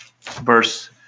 Verse